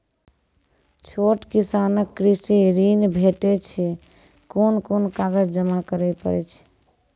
छोट किसानक कृषि ॠण भेटै छै? कून कून कागज जमा करे पड़े छै?